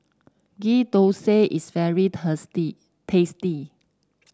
Ghee Thosai is very tasty